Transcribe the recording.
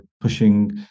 pushing